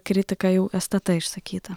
kritika jų stt išsakyta